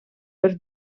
per